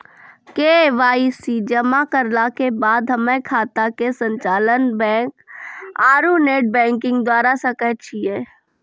KYC जमा करला के बाद हम्मय खाता के संचालन बैक आरू नेटबैंकिंग द्वारा करे सकय छियै?